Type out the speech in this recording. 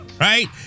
right